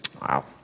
Wow